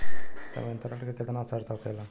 संवितरण के केतना शर्त होखेला?